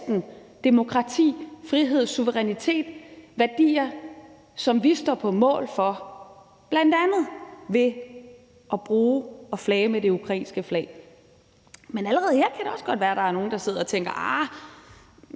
demokrati, frihed, suverænitet – værdier, som vi står på mål for, bl.a. ved at bruge og flage med det ukrainske flag. Men allerede her kan der også godt være nogle, der sidder og tænker,